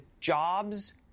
jobs